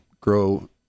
grow